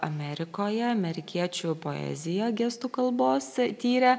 amerikoje amerikiečių poeziją gestų kalbos tyrė